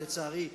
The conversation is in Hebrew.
ולצערי,